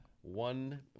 One